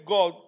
God